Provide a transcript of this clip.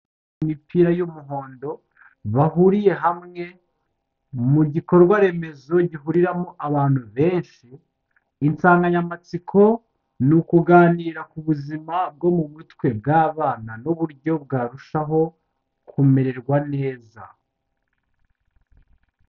Imipira y'umuhondo, bahuriye hamwe mu gikorwa remezo gihuriramo abantu benshi, insanganyamatsiko ni ukuganira ku buzima bwo mu mutwe bw'abana n'uburyo bwarushaho kumererwa neza.